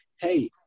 hey